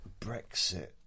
Brexit